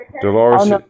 Dolores